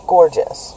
gorgeous